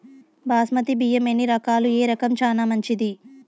బాస్మతి బియ్యం ఎన్ని రకాలు, ఏ రకం చానా మంచిది?